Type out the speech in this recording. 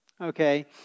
okay